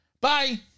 Bye